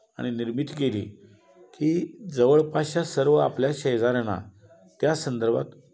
आणि निर्मिती केली की जवळपासच्या सर्व आपल्या शेजाऱ्यांना त्या संदर्भात